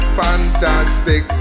fantastic